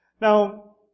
Now